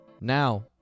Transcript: Now